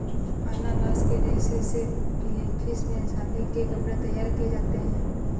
अनानास के रेशे से फिलीपींस में शादी के कपड़े तैयार किए जाते हैं